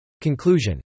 Conclusion